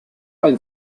ein